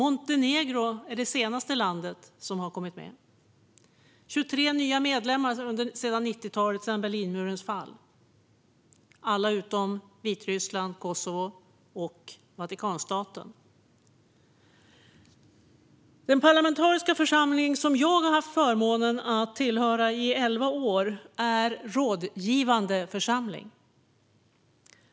Montenegro är det senaste landet som har kommit med. Sedan 90-talet och Berlinmurens fall har vi fått 23 nya medlemmar. Det handlar om alla utom Vitryssland, Kosovo och Vatikanstaten. Den parlamentariska församling som jag har haft förmånen att i elva år tillhöra är en rådgivande församling.